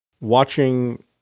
watching